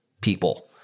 people